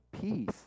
peace